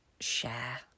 share